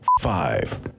five